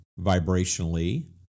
vibrationally